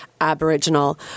Aboriginal